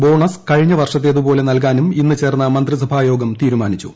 bonus കഴിഞ്ഞ തവണത്തേതുപോലെ നൽകാനും ഇന്ന് ചേർന്ന മന്ത്രിസഭാ യോഗം തീരുമാനിച്ചു